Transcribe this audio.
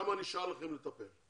ובכמה נשאר לכם לטפל?